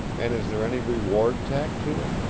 and is there any reward tacked to it?